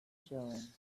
showing